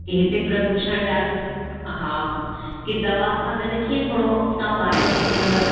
की हिते प्रदूषण ॾाढो हा हा की दवा सां गॾ कीअं थोरो तव्हां ॿाहिरि वेंदव